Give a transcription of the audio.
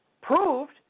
proved